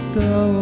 go